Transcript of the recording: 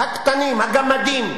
הקטנים, הגמדים?